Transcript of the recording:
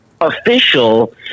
official